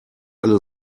alle